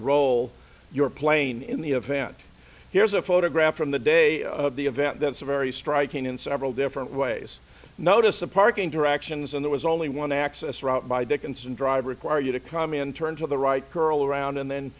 role you're playing in the event here's a photograph from the day of the event that's a very striking in several different ways notice the parking to reaction zone there was only one access route by dickinson drive require you to come in turn to the right girl around and then